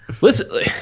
listen